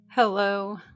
Hello